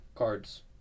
Cards